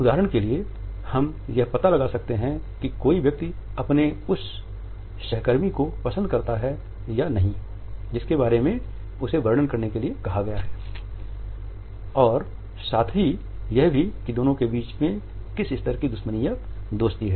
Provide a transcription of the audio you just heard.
उदाहरण के लिए हम यह पता लगा सकते हैं कि कोई व्यक्ति अपने उस सहकर्मी को पसंद करता है या नहीं जिसके बारे में उसे वर्णन करने के लिए कहा गया है और साथ ही यह भी कि दोनों के बीच किस स्तर की दुश्मनी या दोस्ती है